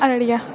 Araria